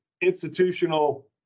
institutional